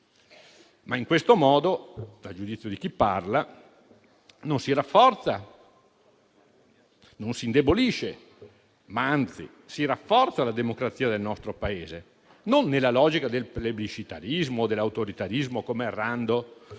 In questo modo però, a giudizio di chi parla, non si rafforza e non si indebolisce, ma anzi si rafforza la democrazia del nostro Paese, non nella logica del plebiscitarismo e dell'autoritarismo, come errando